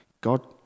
God